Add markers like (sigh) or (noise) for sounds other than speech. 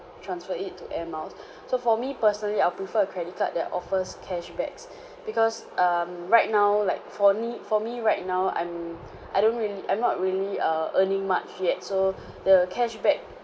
transfer it to air miles (breath) so for me personally I'll prefer a credit card that offers cash backs (breath) because um right now like for me for me right now I'm (breath) I don't really I'm not really err earning much yet (breath) so the cashback